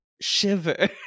shiver